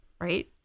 Right